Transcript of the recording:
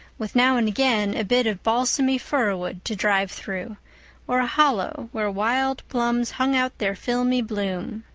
with now and again a bit of balsamy fir wood to drive through or a hollow where wild plums hung out their filmy bloom.